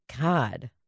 God